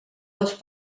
les